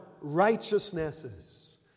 righteousnesses